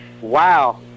Wow